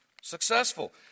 successful